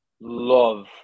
love